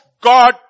God